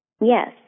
Yes